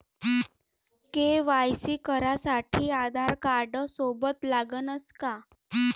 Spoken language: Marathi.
के.वाय.सी करासाठी आधारकार्ड सोबत लागनच का?